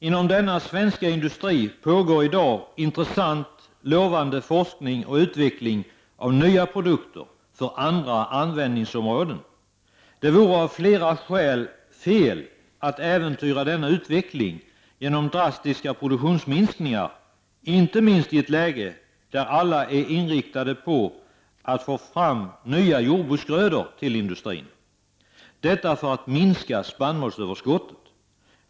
Inom denna svenska industri pågår i dag intressant, lovande forskning och utveckling av nya produkter för andra användningsområden. Det vore av flera skäl fel att äventyra denna utveckling genom drastiska produktionsminskningar, inte minst i ett läge där alla är inriktade på att få fram nya jordbruksgrödor till industrin — detta för att minska spannmålsöverskottet.